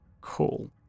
Cool